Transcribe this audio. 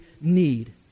need